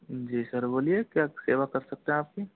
जी sir बोलिए क्या सेवा कर सकते हैं आपकी